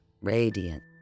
radiant